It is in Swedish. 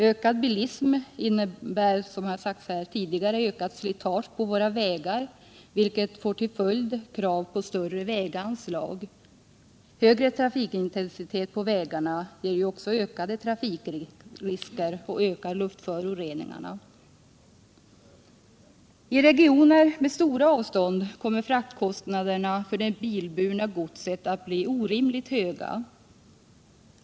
Ökad bilism innebär, som tidigare nämnts här, ökat slitage på våra vägar, vilket leder till krav på större väganslag. Ökad trafikintensitet på vägarna ökar också trafikriskerna och luftföroreningarna. I regioner med stora avstånd kommer fraktkostnaderna för det bilburna godset att bli orimligt höga.